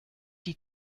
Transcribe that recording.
die